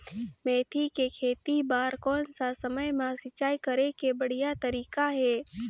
मेथी के खेती बार कोन सा समय मां सिंचाई करे के बढ़िया तारीक हे?